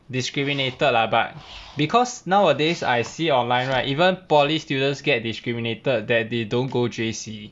discriminated lah but because nowadays I see online right even polytechnic students get discriminated that they don't go J_C